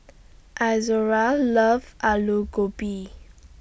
Izora loves Alu Gobi